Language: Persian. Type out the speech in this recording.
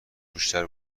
بیشتر